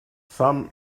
some